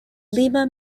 lima